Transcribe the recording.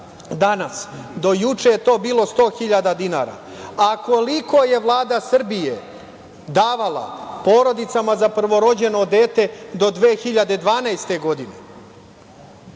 danas, do juče je to bilo 100.000 dinara, a koliko je Vlada Srbije davala porodicama za prvorođeno dete do 2012. godine?